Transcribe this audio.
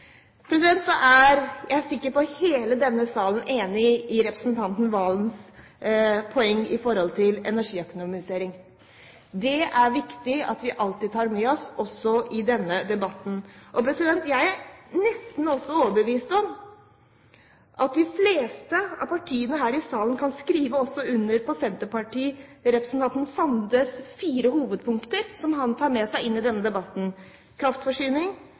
representanten Valens poeng når det gjelder energiøkonomisering. Det er det viktig at vi alltid tar med oss, også i denne debatten. Jeg er også nesten overbevist om at de fleste av partiene her i salen kan skrive under på Senterpartiets og representanten Sandes fire hovedpunkter, som han tar med seg inn i denne debatten: kraftforsyning,